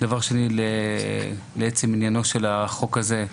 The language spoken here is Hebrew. דבר שני, לעצם העניין של החוק הזה.